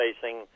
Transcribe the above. facing